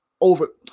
over